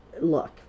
look